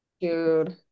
dude